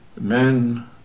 men